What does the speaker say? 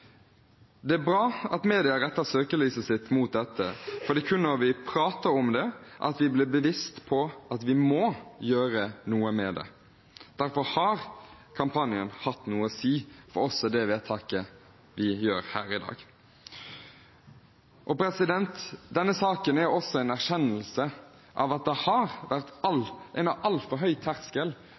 Det er bra at media retter søkelyset sitt mot dette, for det er kun når vi prater om det, at vi blir bevisst på at vi må gjøre noe med det. Derfor har kampanjen hatt noe å si også for det vedtaket vi gjør her i dag. Denne saken er også en erkjennelse av at det har vært en altfor høy terskel